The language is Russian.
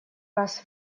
раз